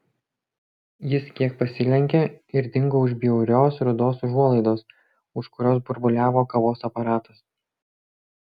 jis kiek pasilenkė ir dingo už bjaurios rudos užuolaidos už kurios burbuliavo kavos aparatas